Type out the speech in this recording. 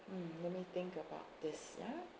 mm let me think about this ya